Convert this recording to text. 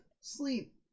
sleep